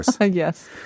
Yes